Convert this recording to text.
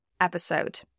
episode